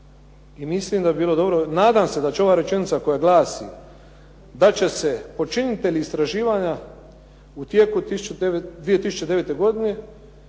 i mislim da bi bilo dobro, nadam se da će ova rečenica koja glasi: "Da će se počinitelji istraživanja u tijeku 2009. godine,